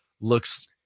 looks